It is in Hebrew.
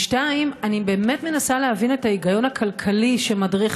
2. אני באמת מנסה להבין את ההיגיון הכלכלי שמדריך